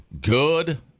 Good